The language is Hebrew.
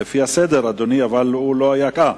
לפי הסדר, אדוני, אבל הוא לא היה כאן.